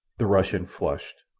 the russian flushed.